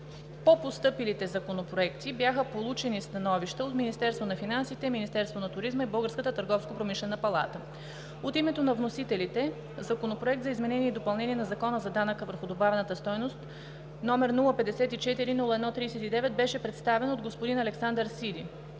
По постъпилите законопроекти бяха получени становища от Министерството на финансите, Министерството на туризма и Българската търговско-промишлена палата. От името на вносителите Законопроект за изменение и допълнение на Закона за данък върху добавената стойност, № 054 01-39, беше представен от господин Александър Сиди.